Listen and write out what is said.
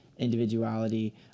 individuality